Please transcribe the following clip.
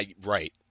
Right